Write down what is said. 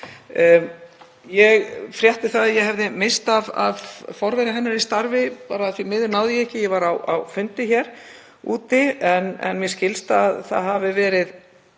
Ég frétti að ég hefði misst af forvera hennar í starfi, því miður náði ég því ekki, ég var á fundi hér úti, en mér skilst að það hafi verið